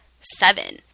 seven